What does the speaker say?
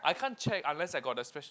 I can't check unless I got the special